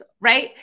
right